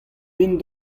din